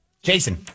Jason